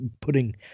putting